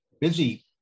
busy